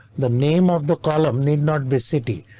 the name of the column need not be city.